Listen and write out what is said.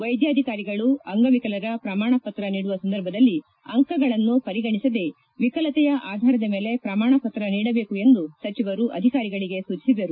ವೈದ್ಯಾಧಿಕಾರಿಗಳು ಅಂಗವಿಕಲರ ಪ್ರಮಾಣ ಪತ್ರ ನೀಡುವ ಸಂದರ್ಭದಲ್ಲಿ ಅಂಕಗಳನ್ನು ಪರಿಗಣಿಸದೇ ವಿಕಲತೆಯ ಆಧಾರದ ಮೇಲೆ ಶ್ರಮಾಣ ಪತ್ರ ನೀಡಬೇಕು ಎಂದು ಸಚಿವರು ಅಧಿಕಾರಿಗಳಿಗೆ ಸೂಚಿಸಿದರು